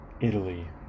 Italy